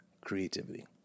creativity